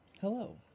Hello